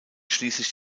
schließlich